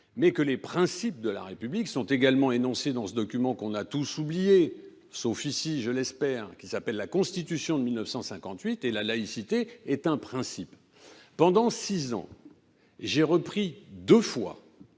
mais que les principes de la République sont également énoncés dans ce document qu'on a tous oublié, sauf ici, je l'espère, qui s'appelle la Constitution de 1958 et la laïcité est un principe. Pendant six ans, j'ai repris deux fois,